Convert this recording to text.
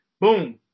boom